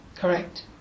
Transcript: correct